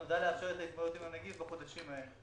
את ההתמודדות עם הנגיף בחודשים האלה.